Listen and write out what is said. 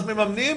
אז מממנים.